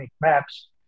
maps